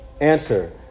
Answer